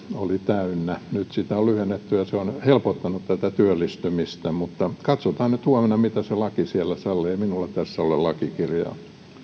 oli täynnä on nyt lyhennetty ja se on helpottanut tätä työllistymistä mutta katsotaan nyt huomenna mitä se laki siellä sallii ei minulla tässä ole lakikirjaa